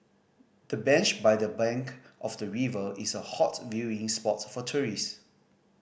the bench by the bank of the river is a hot viewing spot for tourists